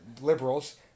liberals